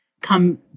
come